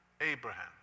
Abraham